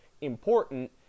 important